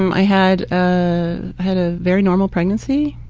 um i had ah had a very normal pregnancy.